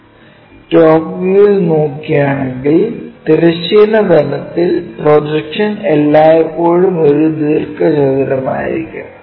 top വ്യൂവിൽ നോക്കുകയാണെങ്കിൽ തിരശ്ചീന തലത്തിൽ പ്രൊജക്ഷൻ എല്ലായ്പ്പോഴും ഒരു ദീർഘചതുരമായിരിക്കും